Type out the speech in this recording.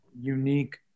unique